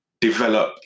develop